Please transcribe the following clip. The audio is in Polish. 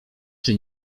czy